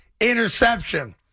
Interception